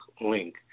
link